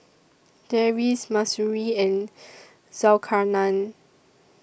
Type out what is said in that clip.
Deris Mahsuri and Zulkarnain